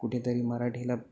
कुठेतरी मराठीला